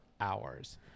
hours